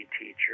teacher